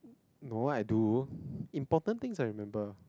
no I do important things I remember